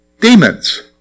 demons